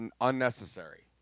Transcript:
unnecessary